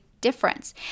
difference